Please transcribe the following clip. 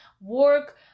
work